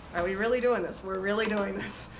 are we really doing this? we're really doing this.